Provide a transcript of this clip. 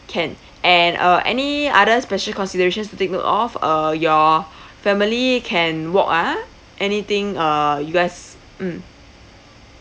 can and uh any other special considerations to take note of uh your family can walk ah anything uh you guys mm